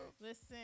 Listen